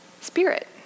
Spirit